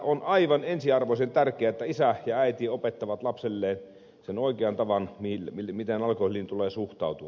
on aivan ensiarvoisen tärkeää että isä ja äiti opettavat lapselleen sen oikean tavan miten alkoholiin tulee suhtautua